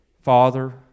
Father